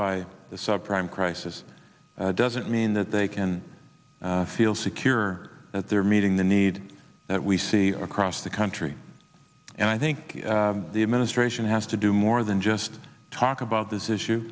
by the subprime crisis doesn't mean that they can feel secure that they're meeting the needs that we see across the country and i think the administration has to do more than just talk about this issue